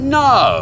no